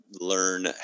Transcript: learn